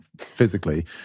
physically